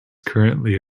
currently